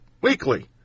weekly